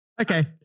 Okay